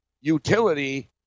utility